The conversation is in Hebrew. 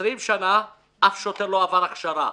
20 שנה אף שוטר לא עבר הכשרה.